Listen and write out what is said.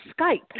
Skype